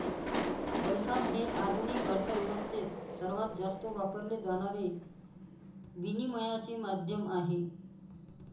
पैसा हे आधुनिक अर्थ व्यवस्थेत सर्वात जास्त वापरले जाणारे विनिमयाचे माध्यम आहे